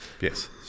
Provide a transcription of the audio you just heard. yes